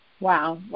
Wow